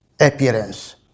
appearance